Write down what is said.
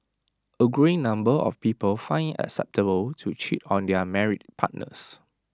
A growing number of people find IT acceptable to cheat on their married partners